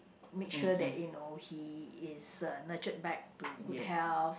make sure that you know he is uh nurtured back to good health